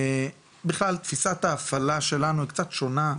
בכלל תפיסת ההפעלה שלנו היא קצת שונה.